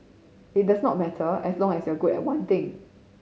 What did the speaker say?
it does not matter as long as you're good at one thing